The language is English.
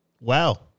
wow